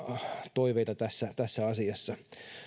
toiveita tässä tässä asiassa